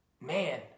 man